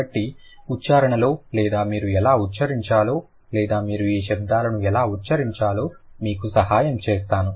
కాబట్టి ఉచ్చారణలో లేదా మీరు ఎలా ఉచ్చరించాలో లేదా మీరు ఈ శబ్దాలను ఎలా ఉచ్చరించాలో మీకు సహాయం చేస్తాను